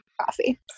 coffee